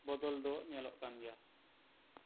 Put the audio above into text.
ᱵᱚᱫᱚᱞ ᱫᱚ ᱧᱮᱞᱚᱜ ᱠᱟᱱ ᱜᱮᱭᱟ